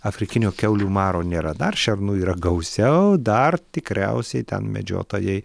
afrikinio kiaulių maro nėra dar šernų yra gausiau dar tikriausiai ten medžiotojai